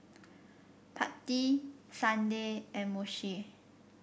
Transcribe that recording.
Patti Sunday and Moshe